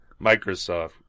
Microsoft